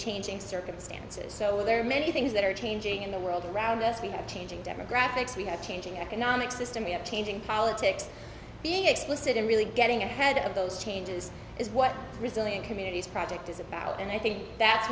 changing circumstances so there are many things that are changing in the world around us we have changing demographics we have changing economic system we have changing politics being explicit and really getting ahead of those changes is what resilient communities project is about and i think that's